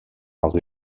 noires